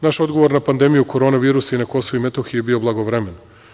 Naš odgovor na pandemiju korona virusa i na Kosovu i Metohiji je bio blagovremen.